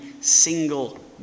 single